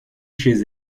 chez